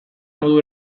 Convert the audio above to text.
modu